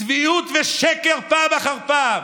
צביעות ושקר פעם אחר פעם.